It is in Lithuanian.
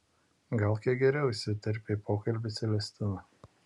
gal kiek geriau įsiterpė į pokalbį celestina